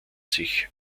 sich